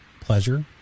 pleasure